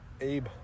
Abe